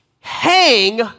hang